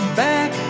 back